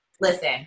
Listen